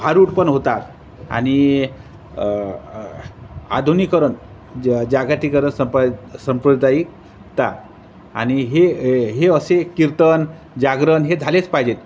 भारूड पण होतात आणि आधुनिकरण ज जागातिकरण संपा संप्रदायिकता आणि हे हे असे कीर्तन जागरण हे झालेच पाहिजेत